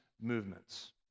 movements